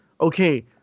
okay –